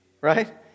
right